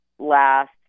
last